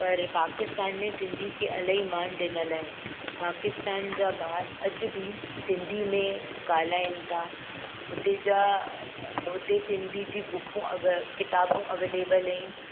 पर पाकिस्तान में सिंधी खे इलाही मान ॾिनल आहे पाकिस्तान जा ॿार अॼु बि सिंधी में ॻाल्हाइण था हुते जा हुते सिंधी जी बुकूं अगरि क़िताबूं अवेलेबल आहिनि